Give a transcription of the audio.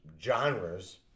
genres